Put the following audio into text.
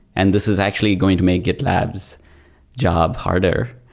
and this is actually going to make gitlab's job harder.